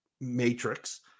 matrix